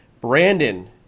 Brandon